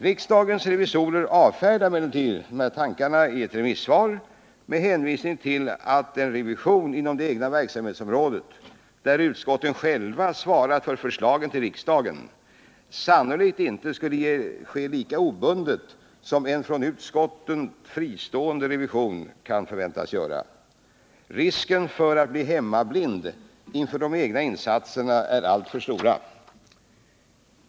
Riksdagens revisorer avfärdade emellertid detta i ett remissvar med hänvisning till att en revision inom det egna verksamhetsområdet, där utskotten själva svarat för förslagen till riksdagen, sannolikt inte skulle ske lika obundet som &n från utskotten fristående revision kan förväntas agera. Risken för att bli ”hemmablind” inför de egna insatserna är alltför stor.